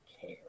care